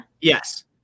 Yes